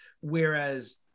Whereas